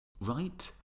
right